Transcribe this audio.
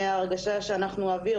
ההרגשה היא שאנחנו אוויר,